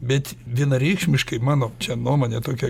bet vienareikšmiškai mano nuomone tokia